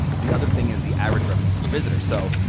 the other thing is the average revenue per visitor. so,